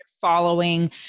following